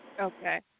Okay